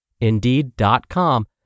Indeed.com